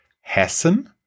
hessen